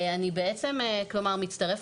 אני בעצם מצטרפת,